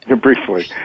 Briefly